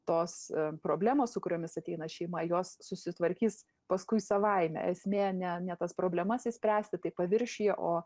tos problemos su kuriomis ateina šeima jos susitvarkys paskui savaime esmė ne ne tas problemas išspręsti taip paviršiuje o